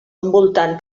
envoltant